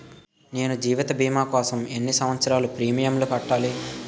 నేను జీవిత భీమా కోసం ఎన్ని సంవత్సారాలు ప్రీమియంలు కట్టాలి?